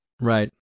Right